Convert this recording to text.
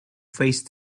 face